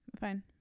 fine